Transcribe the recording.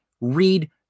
read